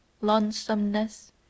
lonesomeness